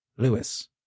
Lewis